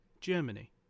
Germany